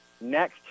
next